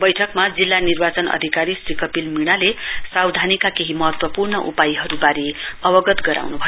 बैठकमा जिल्ला निर्वाचन अधिकारी श्री कपिल मिनाले सावधानीका केही महत्वपूर्ण उपयहरुवारे अवगत गराउनु भयो